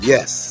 Yes